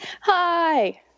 Hi